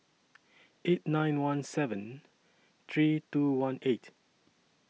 eight nine one seven three two one eight